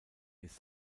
ist